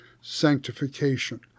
sanctification